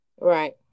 Right